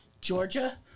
Georgia